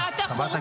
--- את החורבן.